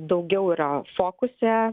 daugiau yra fokuse